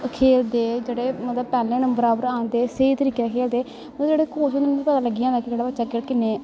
खेलदे मतलव पैह्लै नम्बरै पर आंदे स्हेई तरीकै खेलदे ओह् जेह्ॅड़े कोच नै उनें पता लग्गी जा केह्ड़ा बच्चा किन्ने